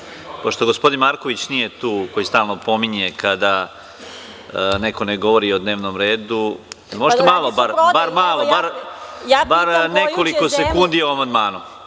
Gospođice Jerkov, pošto gospodin Marković nije tu, koji stalno pominje kada neko ne govori o dnevnom redu, da li možete malo bar, bar nekoliko sekundi o amandmanu?